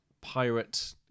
pirate